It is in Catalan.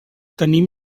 tenim